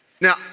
Now